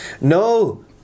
No